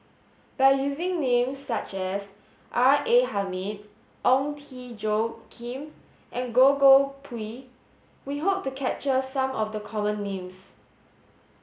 by using name such as R A Hamid Ong Tjoe Kim and Goh Koh Pui we hope to capture some of the common names